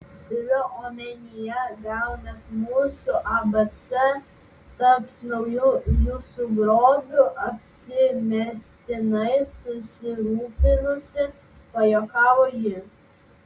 turiu omenyje gal net mūsų abc taps nauju jūsų grobiu apsimestinai susirūpinusi pajuokavo ji